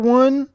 one